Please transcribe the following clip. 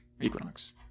equinox